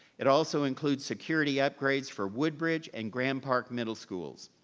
it also includes security upgrades for woodbridge and graham park middle schools.